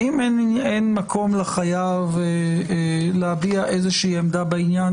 האם אין מקום לחייב להביע איזושהי עמדה בעניין?